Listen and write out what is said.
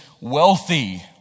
wealthy